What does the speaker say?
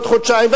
עוד חודשיים,